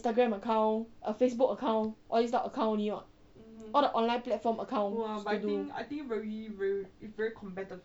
instagram account a facebook account all these type of account only [what] all the online platform account